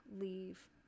leave